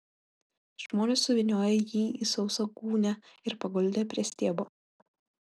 žmonės suvyniojo jį į sausą gūnią ir paguldė prie stiebo